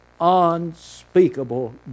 unspeakable